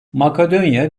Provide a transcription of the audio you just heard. makedonya